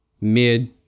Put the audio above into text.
mid